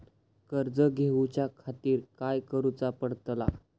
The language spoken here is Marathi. कर्ज घेऊच्या खातीर काय करुचा पडतला?